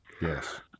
Yes